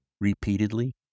Repeatedly